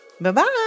Bye-bye